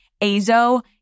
Azo